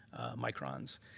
microns